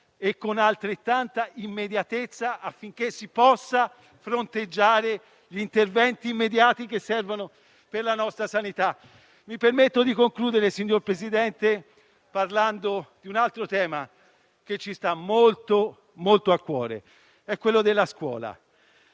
e con altrettanta immediatezza, affinché si possano fronteggiare gli interventi immediati che servono per la nostra sanità. Mi permetto di concludere, signor Presidente, parlando di un altro tema che ci sta molto, molto a cuore: quello della scuola.